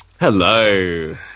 hello